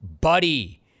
Buddy